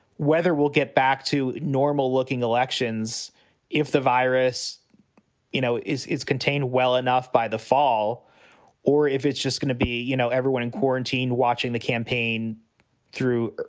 whether we'll get back to normal looking elections if the virus you know is is contained well enough by the fall or if it's just going to be, you know, everyone in quarantine watching the campaign through,